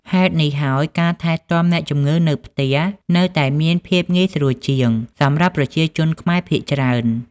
ហេតុនេះហើយ ការថែទាំអ្នកជម្ងឺនៅផ្ទះនៅតែមានភាពងាយស្រួលជាងសម្រាប់ប្រជាជនខ្មែរភាគច្រើន។